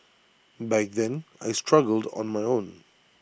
back then I struggled on my own